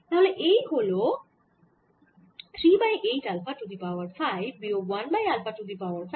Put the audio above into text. তাহলে এই হল 3 by 8 alpha to the power 5 বিয়োগ 1বাই আলফা টু দি পাওয়ার 5